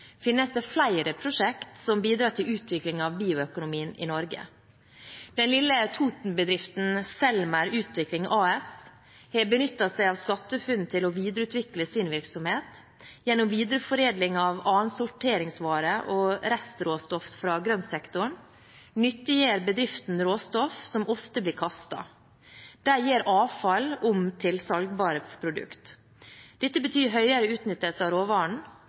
finnes det flere prosjekter som bidrar til utvikling av bioøkonomien i Norge. Den lille Toten-bedriften Selmer Utvikling AS har benyttet seg av SkatteFUNN til å videreutvikle sin virksomhet. Gjennom videreforedling av annensorteringsvarer og restråstoff fra grøntsektoren nyttiggjør bedriften råstoff som ofte blir kastet. De gjør avfall om til salgbare produkter. Dette betyr høyere utnyttelse av råvaren,